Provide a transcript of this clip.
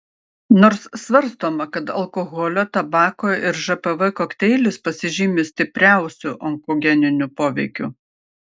nors svarstoma kad alkoholio tabako ir žpv kokteilis pasižymi stipriausiu onkogeniniu poveikiu